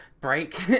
break